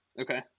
Okay